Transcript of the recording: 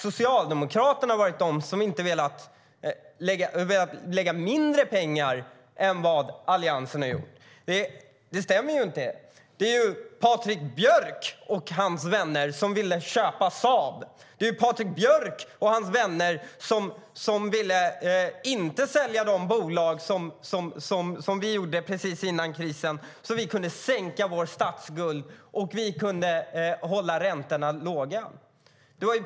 Socialdemokraterna har inte velat lägga mindre pengar än Alliansen. Patrik Björck och hans vänner ville köpa Saab. Patrik Björck och hans vänner ville inte sälja de bolag som vi sålde strax före krisen för att kunna sänka statsskulden och hålla räntorna låga.